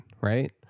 right